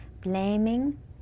Blaming